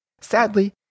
Sadly